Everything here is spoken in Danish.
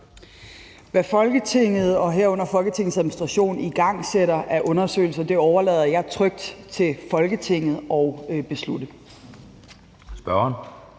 Hvad Folketinget og herunder Folketingets Administration igangsætter af undersøgelser, overlader jeg trygt til Folketinget at beslutte. Kl.